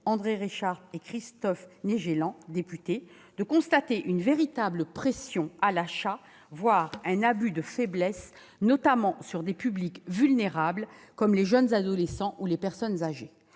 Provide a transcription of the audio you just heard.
André Reichardt et Christophe Naegelen, député, de constater une véritable pression à l'achat, voire un abus de faiblesse, notamment sur des publics vulnérables comme les jeunes adolescents ou les personnes âgées.